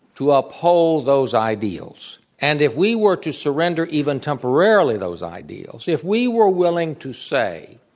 to uphold those ideals. and if we were to surrender even temporarily those ideals, if we were willing to say,